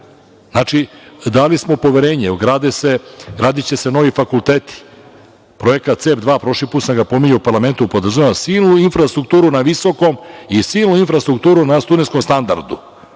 treba. Znači, dali smo poverenje. Gradiće se novi fakulteti. Projekat CEP 2, prošli put sam ga pominjao u parlamentu, podrazumeva silnu infrastrukturu na visokom i silnu infrastrukturu na studentskom standardu.